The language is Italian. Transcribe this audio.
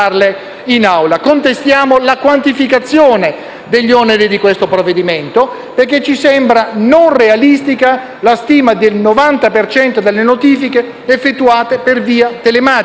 Contestiamo la quantificazione degli oneri di questo provvedimento, perché ci sembra non realistica la stima del 90 per cento delle notifiche effettuate per via telematica.